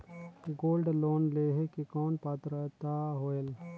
Gold loan लेहे के कौन पात्रता होएल?